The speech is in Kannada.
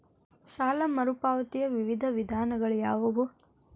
ಸಾಲ ಮರುಪಾವತಿಯ ವಿವಿಧ ವಿಧಾನಗಳು ಯಾವುವು?